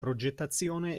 progettazione